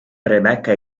rebecca